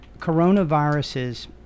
coronaviruses